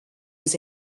was